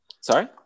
sorry